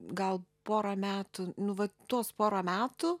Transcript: gal porą metų nu va tuos porą metų